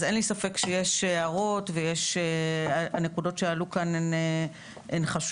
אין לי ספק שיש הערות והנקודות שעלו כאן הן חשובות,